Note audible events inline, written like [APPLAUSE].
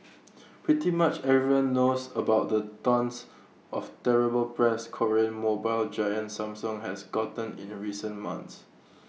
[NOISE] pretty much everyone knows about the tonnes of terrible press Korean mobile giant Samsung has gotten in the recent months